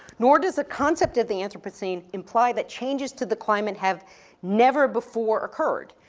nor does the concept of the anthropocene imply that changes to the climate have never before occurred.